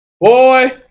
Boy